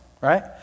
Right